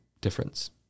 difference